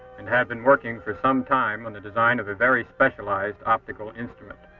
and had been working for some time on the design of a very specialized optical instrument.